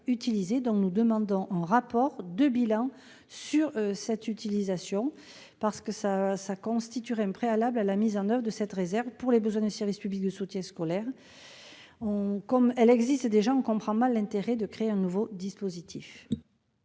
Nous demandons donc un rapport de bilan sur son utilisation, qui constituerait un préalable à la mise en oeuvre de cette réserve pour les besoins du service public de soutien scolaire. La réserve existant déjà, on comprend mal l'intérêt de créer un nouveau dispositif.